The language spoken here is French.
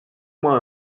moi